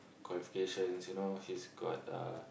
qualifications you know he's got uh